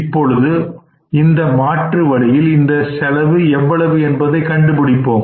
இப்பொழுது இந்த மாற்று வழியில் இந்த செலவு எவ்வளவு என்பதை கண்டுபிடிப்போம்